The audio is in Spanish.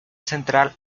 central